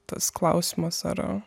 tas klausimas ar